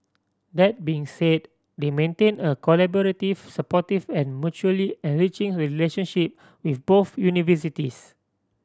that being said they maintain a collaborative supportive and mutually enriching relationship with both universities